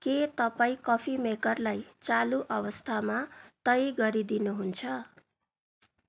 के तपाईँ कफी मेकरलाई चालु अवस्थामा तय गरिदिनु हुन्छ